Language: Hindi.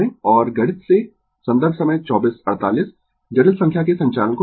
और गणित से संदर्भ समय 2448 जटिल संख्या के संचालन को जान लें